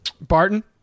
Barton